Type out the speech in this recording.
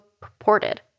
purported